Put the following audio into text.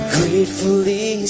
gratefully